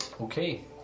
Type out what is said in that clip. Okay